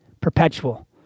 perpetual